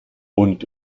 und